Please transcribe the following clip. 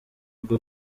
rwo